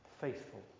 faithful